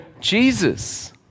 Jesus